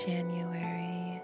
January